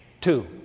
two